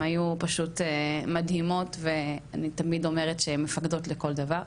הם היו פשוט מדהימות ואני תמיד אומרת שהן מפקדות לכל דבר,